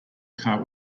cart